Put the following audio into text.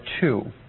two